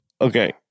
Okay